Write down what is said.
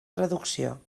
traducció